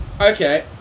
Okay